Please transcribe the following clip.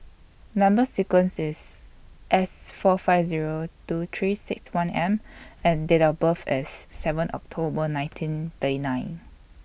Number sequence IS S four five Zero two three six one M and Date of birth IS seven October nineteen thirty nine